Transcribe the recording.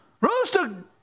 Rooster